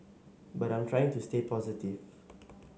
but I am trying to stay positive